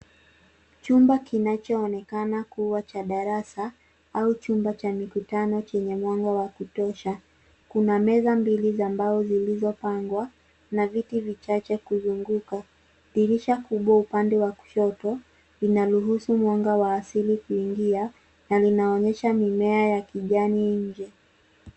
Chumba kinachoonekana kuwa cha darasa au chumba cha mikutano chenye mwanga wa kutosha. Kuna meza mbili za mbao zilizopangwa na viti vichache kuzunguka. Dirisha kubwa upande wa kushoto linaruhusu mwanga wa asili kuingia na linaonyesha mimea ya kijani nje.